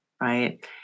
right